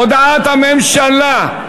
הודעת הממשלה.